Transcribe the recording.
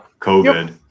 COVID